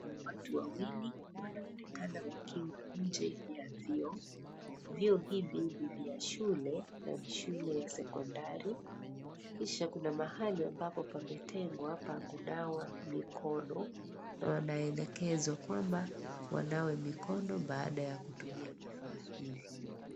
Watu wawili wanaonekana wakiwa nje ya vyoo, vyoo hivi ni vya shule na ni shule ya secondari, kisha kuna mahali ambapo pametengwa pa kunawa mikono na wanaelekezwa kwamba wanawe mikono baada ya kutumia vifaa hivi.